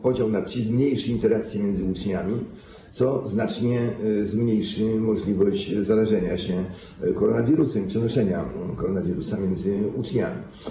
Podział na płcie zmniejszy interakcję między uczniami, co znacznie zmniejszy możliwość zarażenia się koronawirusem i przenoszenia koronawirusa między uczniami.